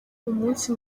umunsi